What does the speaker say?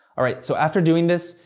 alright, so after doing this,